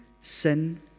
sin